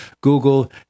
Google